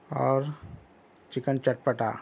اور چِکن چٹپٹا